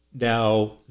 now